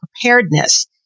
preparedness